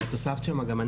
ואת הוספת שם גם,